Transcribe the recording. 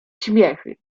śmiechy